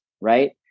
right